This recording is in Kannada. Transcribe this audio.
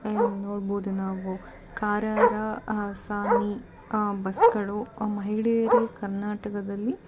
ನೋಡ್ಬೋದು ನಾವು ಕ ರಾ ರ ಸಾ ನಿ ಬಸ್ಗಳು ಮಹಿಳೆಯರಿಗೆ ಕರ್ನಾಟಕದಲ್ಲಿ